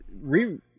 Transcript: re